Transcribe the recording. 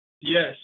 Yes